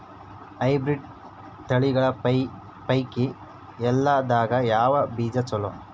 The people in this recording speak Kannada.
ಹೈಬ್ರಿಡ್ ತಳಿಗಳ ಪೈಕಿ ಎಳ್ಳ ದಾಗ ಯಾವ ಬೀಜ ಚಲೋ?